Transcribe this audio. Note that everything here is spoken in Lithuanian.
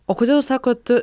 o kodėl jūs sakot